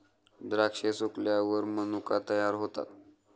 द्राक्षे सुकल्यावर मनुका तयार होतात